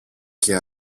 και